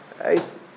right